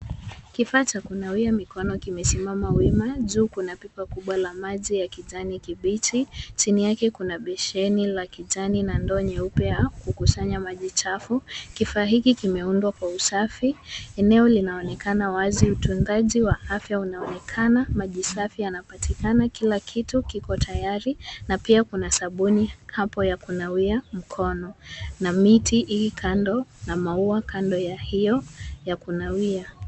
Kifaa cha kunawia mikono kimesimama wima. Juu kuna pipa kubwa la maji ya kijani kibichi. Chini yake kuna besini la kijani na ndoo nyeupe ya kukusanya maji chafu. Kifaa hiki kimeundwa kwa usafi. Eneo linaonekana wazi. Utunzaji wa afya unaonekana. Maji safi yanapatikana. Kila kitu kiko tayari na pia kuna sabuni hapo ya kunawia mkono na miti hii kando na maua kando ya hiyo ya kunawia.